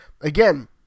again